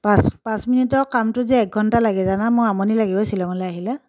পাঁচ পাঁচ মিনিটৰ কামটো যে এক ঘণ্টা লাগে জানা মো আমনি লাগেগৈ শ্বিলঙলৈ আহিলে